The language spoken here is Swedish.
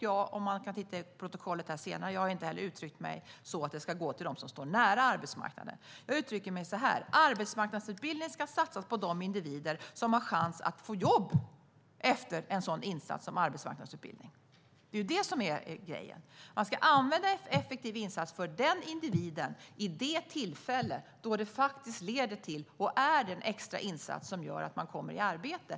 Jag har heller inte uttryckt mig så att de ska gå till dem som står nära arbetsmarknaden. Man kan titta i protokollet senare. Jag uttrycker mig så här: Arbetsmarknadsutbildning ska satsas på de individer som har chans att få jobb efter en sådan insats som arbetsmarknadsutbildning. Det är grejen. Man ska använda en effektiv insats för den individen vid det tillfälle då det leder till och är den extra insats som gör att den kommer i arbete.